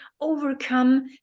overcome